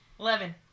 Eleven